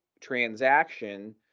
transaction